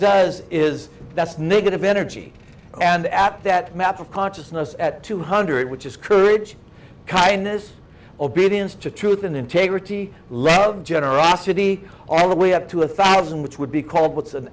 does is that's negative energy and at that map of consciousness at two hundred which is courage kindness obedience to truth and integrity love generosity all the way up to a thousand which would be called what's an